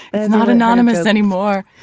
it's not anonymous anymore.